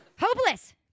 hopeless